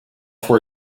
for